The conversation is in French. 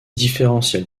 différentiel